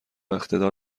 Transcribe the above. اقتدار